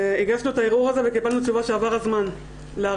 הגשנו את הערעור הזה וקיבלנו תשובה שעבר הזמן לערער.